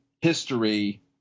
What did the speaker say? history